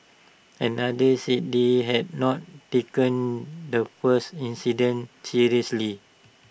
another said they had not taken the first incident seriously